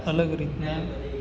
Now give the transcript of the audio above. અલગ રીતના